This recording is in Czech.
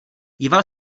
díval